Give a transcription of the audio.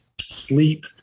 sleep